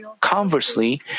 Conversely